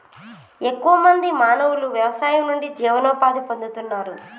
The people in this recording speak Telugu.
ఎక్కువ మంది మానవులు వ్యవసాయం నుండి జీవనోపాధి పొందుతున్నారు